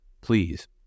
please